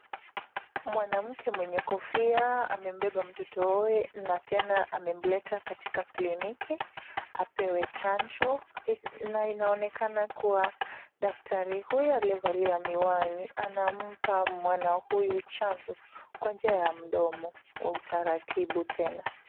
Mwanamke mwenye kofia amembeba mtoto na tena amemleta katika kliniki apewe chanjo. Na inaonekana kuwa daktari huyo aliyevalia miwani anampa mwana huyu chanjo kwa njia ya mdomo kwa utaratibu tena.